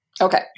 Okay